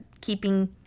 keeping